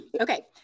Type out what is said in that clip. Okay